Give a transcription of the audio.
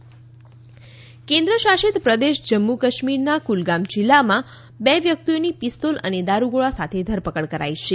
જમ્મુ કાશ્મીર કેન્મશાસિત પ્રદેશ જમ્મુ કાશ્મીરના ક્લગામ જીલ્લામાં બે વ્યક્તિઓની પિસ્તોલ અને દારૂગોળા સાથે ધરપકડ કરી છે